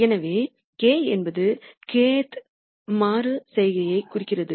எனவே k என்பது kth மறு செய்கையை குறிக்கிறது